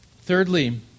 Thirdly